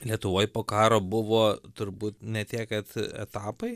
lietuvoj po karo buvo turbūt ne tiek kad etapai